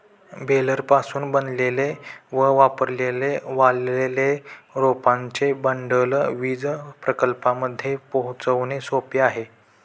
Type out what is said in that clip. बेलरपासून बनवलेले न वापरलेले वाळलेले रोपांचे बंडल वीज प्रकल्पांपर्यंत पोहोचवणे सोपे आहे